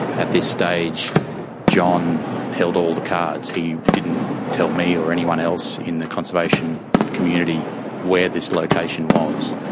at this stage john held all the cards. he didn't tell me or anyone else in the conservation community where this location was.